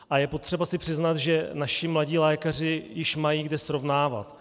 A je potřeba si přiznat, že naši mladí lékaři již mají kde srovnávat.